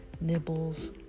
nibbles